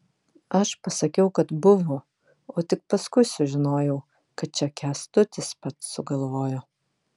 aš pasakiau kad buvo o tik paskui sužinojau kad čia kęstutis pats sugalvojo